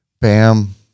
Bam